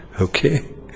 Okay